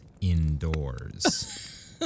indoors